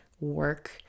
work